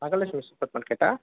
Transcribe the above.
அகல ஜூஸ்